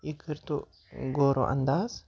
یہِ کٔرۍ تو غوروانداز